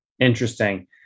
Interesting